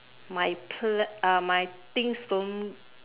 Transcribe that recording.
my plan uh my things don't